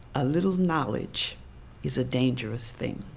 a little knowledge is a dangerous thing.